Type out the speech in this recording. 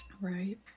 Right